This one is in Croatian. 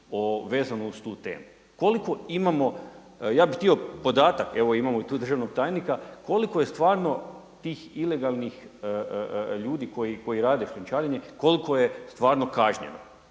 vezano uz tu temu. Ja bih htio podatak, evo imamo tu i državnog tajnika, koliko je stvarno tih ilegalnih ljudi koji rade šljunčarenje koliko je stvarno kažnjeno